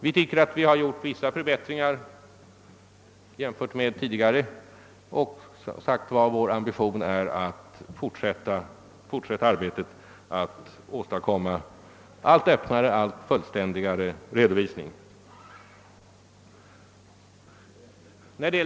Vi tycker att vi har gjort vissa förbättringar jämfört med tidigare, och vi vill som sagt fortsätta arbetet att åstadkomma en allt öppnare och mera fullständig redovisning.